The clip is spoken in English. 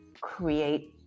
create